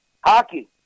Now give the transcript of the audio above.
Hockey